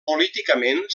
políticament